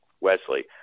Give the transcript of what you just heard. Wesley